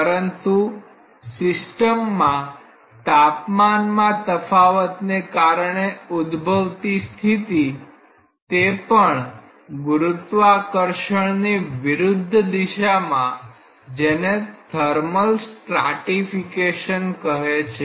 પરંતુ સિસ્ટમમાં તાપમાનમાં તફાવતને કારણે ઉદભવતી સ્થિતિ તે પણ ગુરુત્વાકર્ષણની વિરુધ્ધ દિશામાં જેને થર્મલ સ્ટ્રાટિફિકેશન કહે છે